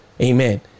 Amen